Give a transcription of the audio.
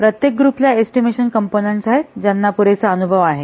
प्रत्येक ग्रुपला एस्टिमेशने कॉम्पोनन्ट्स आहेत ज्यांना पुरेसा अनुभव आहे